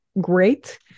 great